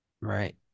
Right